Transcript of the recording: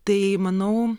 tai manau